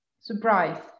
Surprise